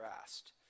asked